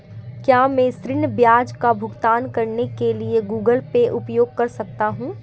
क्या मैं ऋण ब्याज का भुगतान करने के लिए गूगल पे उपयोग कर सकता हूं?